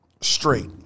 Straight